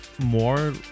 more